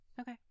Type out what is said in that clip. Okay